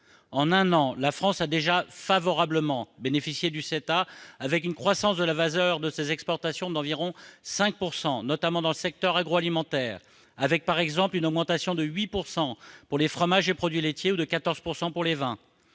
En un an, la France a déjà bénéficié du CETA, avec une croissance de la valeur de ses exportations d'environ 5 %, notamment dans le secteur agroalimentaire ; par exemple, l'augmentation est de 8 % pour les fromages et produits laitiers et de 14 % pour les vins.